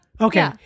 Okay